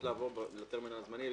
לעבור בטרמינל זמני,